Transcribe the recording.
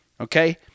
Okay